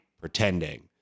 pretending